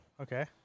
Okay